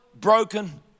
broken